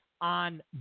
on